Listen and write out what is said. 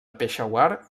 peshawar